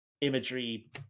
imagery